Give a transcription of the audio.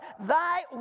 thy